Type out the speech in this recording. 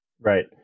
right